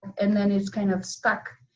and then it's kind of stuck.